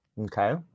Okay